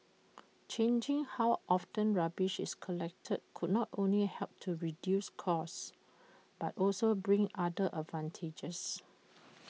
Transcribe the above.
changing how often rubbish is collected could not only help to reduce costs but also bring other advantages